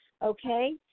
Okay